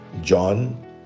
John